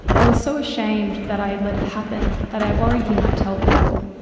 i was so ashamed that i had let it happen that i worried he might tell people.